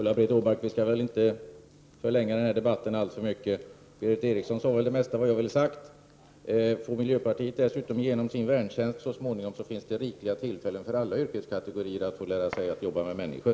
Herr talman! Vi skall väl inte förlänga den här debatten alltför mycket, Ulla-Britt Åbark. Berith Eriksson har sagt det mesta av vad jag ville säga. Om miljöpartiet dessutom får igenom sin värntjänst så småningom, blir det rikliga tillfällen för alla yrkeskategorier att få lära sig att jobba med människor.